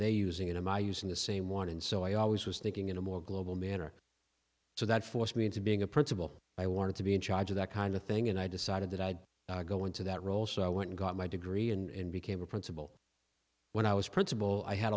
their using an m i used in the same one and so i always was thinking in a more global manner so that forced me into being a principal i wanted to be in charge of that kind of thing and i decided that i'd go into that role so i went and got my degree and became a principal when i was principal i had